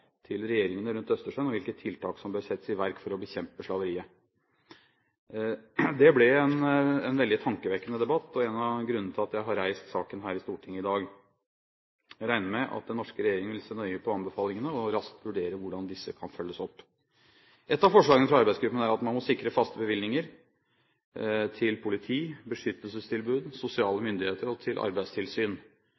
til regjeringene rundt Østersjøen om hvilke tiltak som bør settes i verk for å bekjempe slaveriet. Det ble en veldig tankevekkende debatt og en av grunnene til at jeg har reist saken her i Stortinget i dag. Jeg regner med at den norske regjeringen vil se nøye på anbefalingene og raskt vurdere hvordan disse kan følges opp. Et av forslagene fra arbeidsgruppen er at man må sikre faste bevilgninger til politi, til beskyttelsestilbud, til sosiale